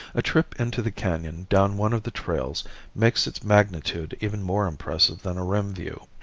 a trip into the canon down one of the trails makes its magnitude even more impressive than a rim view.